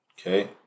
Okay